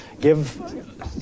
Give